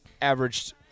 averaged